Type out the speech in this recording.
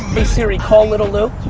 hey siri, call little lou.